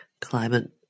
climate